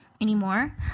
anymore